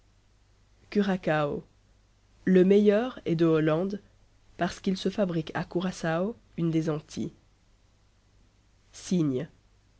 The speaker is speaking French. curacao le meilleur est de hollande parce qu'il se fabrique à curaçao une des antilles cygne